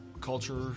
culture